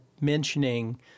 mentioning